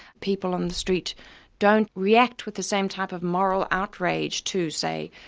people on the street don't react with the same type of moral outrage to, say,